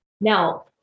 Now